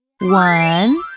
One